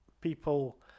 people